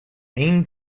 main